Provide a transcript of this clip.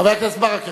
חבר הכנסת ברכה,